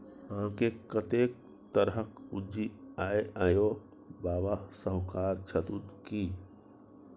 अहाँकेँ कतेक तरहक पूंजी यै यौ? बाबा शाहुकार छथुन की?